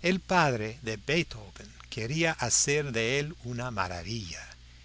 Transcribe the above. el padre de beethoven quería hacer de él una maravilla